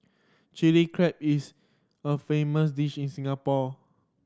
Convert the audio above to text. Chilli Crab is a famous dish in Singapore